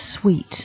sweet